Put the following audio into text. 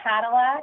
Cadillac